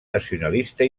nacionalista